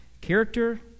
character